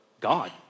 God